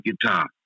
guitar